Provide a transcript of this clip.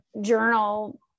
journal